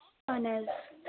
اَہَن حظ